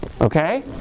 okay